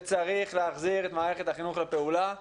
שאפשר שצריך להחזיר את מערכת החינוך לפעולה,